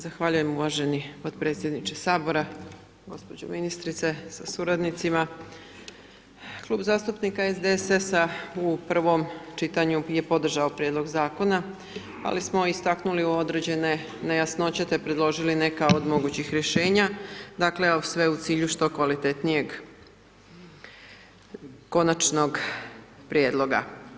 Zahvaljujem uvaženi podpredsjedniče sabora, gospođo ministrice sa suradnicima, Klub zastupnika SDSS-a u prvom čitanju je podržao prijedlog zakona ali smo istaknuli određene nejasnoće te predložili neka od mogućih rješenja, dakle evo sve u cilju što kvalitetnijeg konačnog prijedloga.